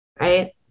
Right